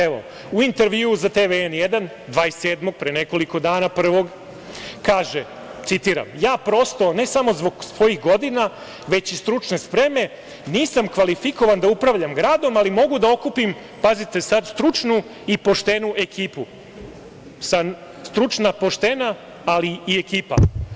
Evo, u intervjuu za TV „N1“ 27. januara 2022. godine, kaže, citiram: „Ja, prosto, ne samo zbog svojih godina, već i stručne spreme nisam kvalifikovan da upravljam gradom, ali mogu da okupim, pazite sad, stručnu i poštenu ekipu.“ Sad, stručna, poštena, ali i ekipa.